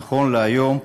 נכון להיום,